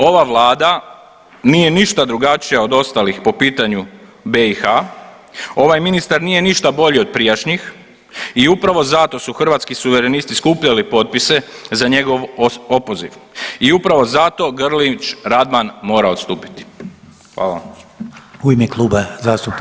Ova vlada nije ništa drugačija od ostalih po pitanju BiH, ovaj ministar nije ništa bolji od prijašnjih i upravo zato su Hrvatski suverenisti skupljali potpise za njegov opoziv i upravo zato Grlić Radman mora odstupiti.